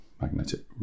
magnetic